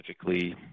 specifically